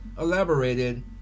elaborated